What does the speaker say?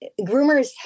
groomers